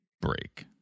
break